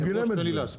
הוא גילם את זה.